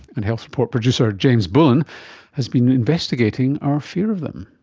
and health report producer james bullen has been investigating our fear of them.